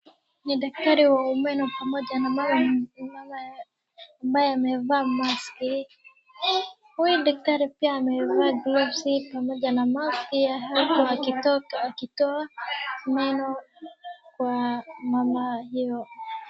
Ni daktari wa meno pamoja na mama ambaye amevaa mask . Huyu daktari pia amevaa gloves pamoja na marvin huku akitoa meno kwa mama huyo.